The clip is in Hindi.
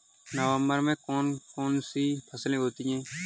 नवंबर में कौन कौन सी फसलें होती हैं?